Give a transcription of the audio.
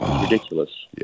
ridiculous